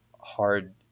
hard